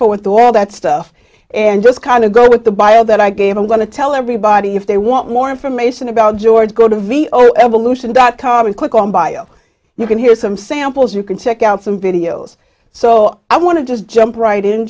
forward through all that stuff and just kind of go with the bio that i gave i'm going to tell everybody if they want more information about george go to video evolution dot com and click on bio you can hear some samples you can check out some videos so i want to just jump right in